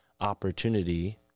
opportunity